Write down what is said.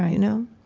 you know?